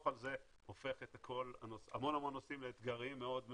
על זה הופך המון נושאים לאתגריים מאוד.